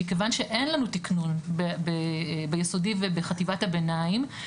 מכיוון שאין לנו תיקנון ביסודי ובחטיבת הביניים,